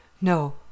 No